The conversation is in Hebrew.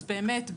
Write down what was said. אז באמת,